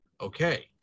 Okay